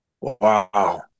wow